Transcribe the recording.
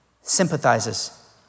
sympathizes